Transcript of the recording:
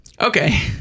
Okay